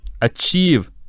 achieve